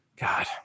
god